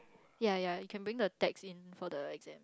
ya ya you can bring the text in for the exam